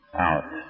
out